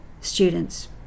students